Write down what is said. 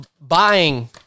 buying